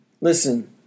Listen